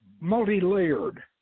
multi-layered